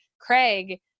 Craig